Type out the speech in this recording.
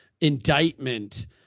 indictment